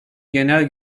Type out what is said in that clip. genel